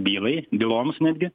bylai byloms netgi